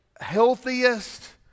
healthiest